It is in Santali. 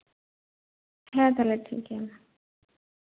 ᱦᱮᱸ ᱛᱟᱦᱚᱞᱮ ᱴᱷᱤᱠ ᱜᱮᱭᱟ ᱢᱟ